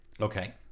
Okay